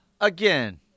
Again